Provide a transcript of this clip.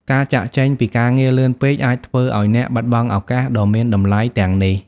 ការចាកចេញ ពីការងារលឿនពេកអាចធ្វើឲ្យអ្នក បាត់បង់ឱកាស ដ៏មានតម្លៃទាំងនេះ។